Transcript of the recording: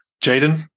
Jaden